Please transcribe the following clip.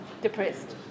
depressed